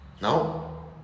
now